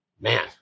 man